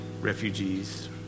refugees